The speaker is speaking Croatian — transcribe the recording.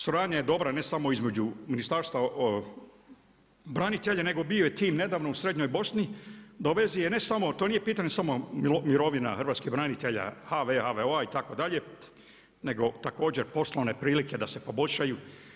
Suradnja je dobra ne samo između Ministarstva branitelja nego bio je tim nedavno o srednjoj Bosni da u vezi je samo to nije pitanje samo mirovina hrvatskih branitelja HV-a, HVO-a itd. nego također poslovne prilike da se poboljšaju.